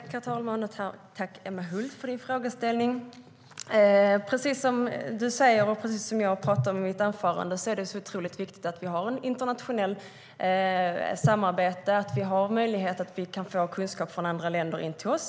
Herr talman! Tack, Emma Hult, för din frågeställning! Precis som du säger och som jag sa i mitt anförande är det otroligt viktigt att vi har ett internationellt samarbete och att vi har möjlighet att få kunskap från andra länder.